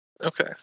Okay